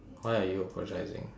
why are you apologising